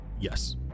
Yes